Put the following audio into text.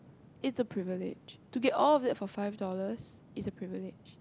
it's a privilege to get all of that for five dollars it's a privilege